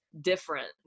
different